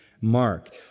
Mark